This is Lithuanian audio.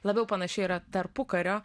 labiau panaši yra tarpukario